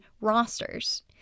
rosters